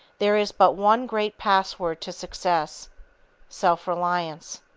there is but one great password to success self-reliance.